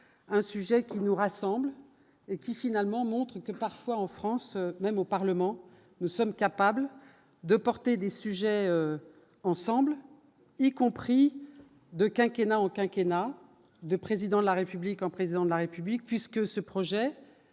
un sujet qui nous rassemble et qui finalement ont que parfois en France même, au Parlement, nous sommes capables de porter des sujets ensemble, y compris de quinquennat au quinquennat du président de la République un président de la République, puisque ce projet a été initiée d'abord